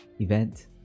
event